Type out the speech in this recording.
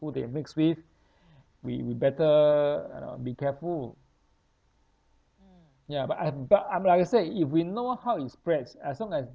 who they mix with we we better you know be careful ya but I'm but I'm like I say if we know how it spreads as long as